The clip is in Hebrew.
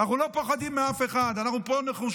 אנחנו לא פוחדים מאף אחד, אנחנו נחושים,